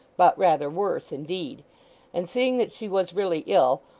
but rather worse, indeed and seeing that she was really ill,